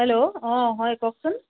hello অ হয় কওকচোন